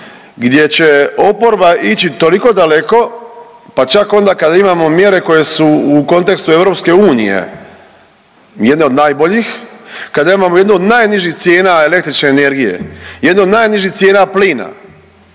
gdje će oporba ići toliko daleko, pa čak onda kada imamo mjere koje su u kontekstu EU jedne od najboljih, kada imamo jednu od najnižih cijena električne energije, jedne od najnižih cijena plina